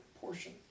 portion